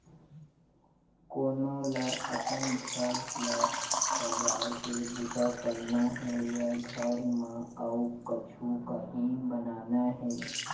कोनो ल अपन घर ल सजाए के बूता करना हे या घर म अउ कछु काही बनाना हे